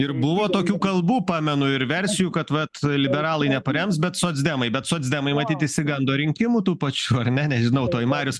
ir buvo tokių kalbų pamenu ir versijų kad vat liberalai neparems bet socdemai bet socdemai matyt išsigando rinkimų tų pačų ar ne nežinau tuoj marius